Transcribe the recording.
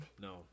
No